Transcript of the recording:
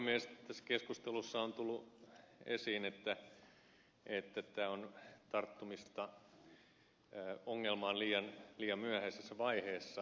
tässä keskustelussa on tullut esiin että tämä on tarttumista ongelmaan liian myöhäisessä vaiheessa